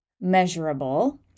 measurable